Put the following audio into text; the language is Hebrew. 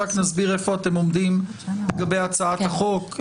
רק נסביר איפה אתם עומדים לגבי הצעת החוק.